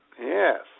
yes